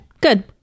good